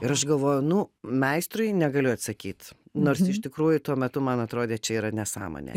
ir aš galvoju nu meistrui negaliu atsakyt nors iš tikrųjų tuo metu man atrodė čia yra nesąmonė